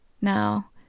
now